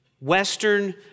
Western